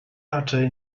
raczej